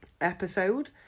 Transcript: episode